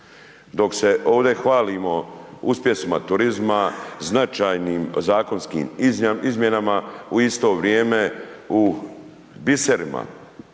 Dok se ovdje hvalimo uspjesima turizma, značajnim zakonskim izmjenama, u isto vrijeme u biserima